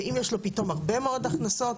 ואם יש לו פתאום הרבה מאוד הכנסות,